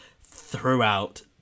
throughout